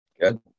Good